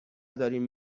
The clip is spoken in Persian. داریم